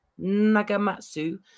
nagamatsu